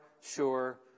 sure